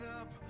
up